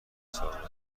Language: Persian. سالن